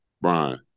Brian